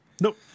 nope